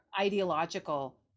ideological